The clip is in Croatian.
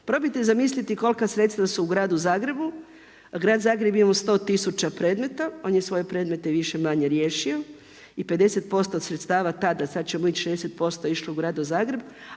Probajte zamisliti kolika sredstva su u gradu Zagrebu. Grad Zagreb je imao 100 tisuća predmeta, on je svoje predmete više-manje riješio i 50% od sredstava tada, sada ćemo ići 60% išlo u grad Zagreb